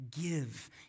give